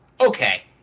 okay